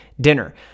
dinner